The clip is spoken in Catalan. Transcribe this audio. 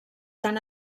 tant